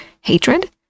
Hatred